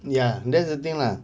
ya that's the thing lah